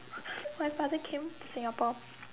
my father came Singapore